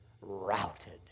routed